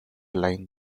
line